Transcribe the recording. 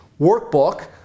workbook